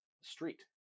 street